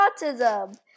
autism